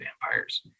vampires